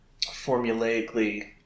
formulaically